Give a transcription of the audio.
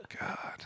God